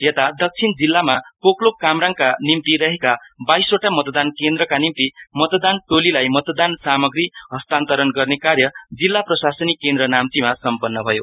यता दक्षिण जिल्ला पोकलोक कामराङका निम्ति रहेका बाइसवटा मतदान केन्द्रका निम्ति मतदान टोलीलाई मतदान सामाग्री हस्तान्तरण गर्ने कार्य जिल्ला प्राशसनिक केन्द्र नाम्चीमा सम्पन्न भयो